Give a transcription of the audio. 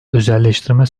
özelleştirme